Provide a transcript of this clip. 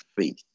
faith